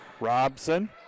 Robson